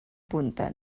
punta